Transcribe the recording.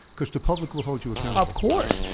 because the public will hold you accountable. of course.